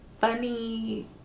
funny